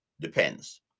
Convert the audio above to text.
depends